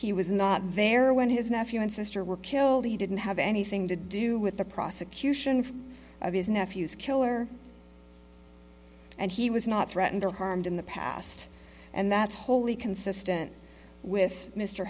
he was not there when his nephew and sister were killed he didn't have anything to do with the prosecution of his nephew's killer and he was not threatened or harmed in the past and that's wholly consistent with mr